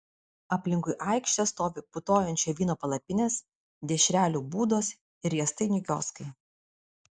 aplinkui aikštę stovi putojančio vyno palapinės dešrelių būdos ir riestainių kioskai